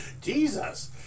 Jesus